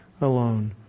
alone